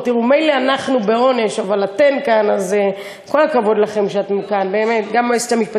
אתה יודע, גם את החוק הקודם הצגתי בקצרה.